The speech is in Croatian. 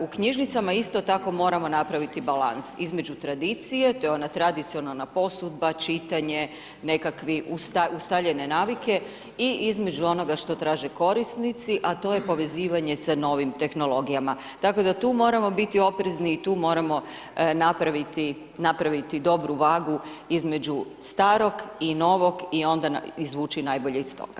U knjižnicama isto tako moramo napraviti balans, između tradicije, to je ona tradicionalna posudba, čitanje, nekakve ustaljene navike i između onoga što traže korisnici, a to je povezivanje sa novim tehnologijama, tako da tu moramo biti oprezni i tu moramo napraviti dobru vagu između starog i novog i onda izvući najbolje iz toga.